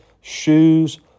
shoes